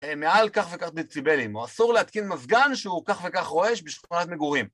... מעל כך וכך דציבלים, או אסור להתקין מזגן שהוא כך וכך רועש בשכונת מגורים.